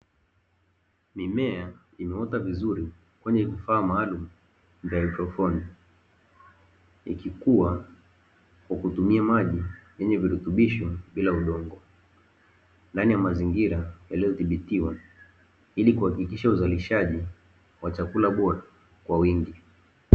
Mimea imeaota vizuri kwenye vifaa maalum vya haidroponi ikikuwa kwa kutumia maji yenye virutubisho bila udongo ndani ya mazinngira yaliyodhibitiwa, ili kuhakikisha uzalishaji wa chakula bora kwa wingi.